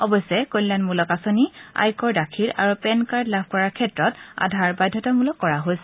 অৱশ্যে কল্যাণমূলক আঁচনি আয়কৰ দাখিল আৰু পেন কাৰ্ড লাভ কৰাৰ ক্ষেত্ৰত আধাৰ বাধ্যতামূলক কৰা হৈছিল